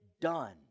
done